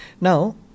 Now